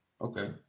Okay